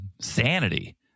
Sanity